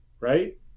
right